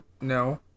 No